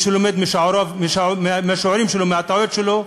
ומי שלא לומד מהשיעורים שלו ומהטעויות שלו,